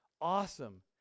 awesome